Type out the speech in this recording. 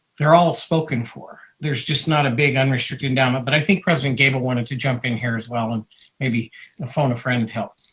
they're all spoken for. there's just not a big unrestricted endowment. but i think president gabel wanted to jump in here as well and maybe and phone a friend to help.